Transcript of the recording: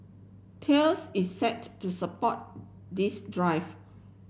Thales is set to support this drive